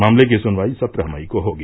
मामले की सुनवाई सत्रह मई को होगी